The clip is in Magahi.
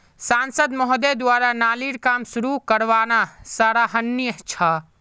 सांसद महोदय द्वारा नालीर काम शुरू करवाना सराहनीय छ